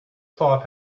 cloth